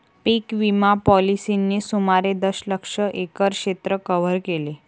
पीक विमा पॉलिसींनी सुमारे दशलक्ष एकर क्षेत्र कव्हर केले